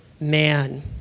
man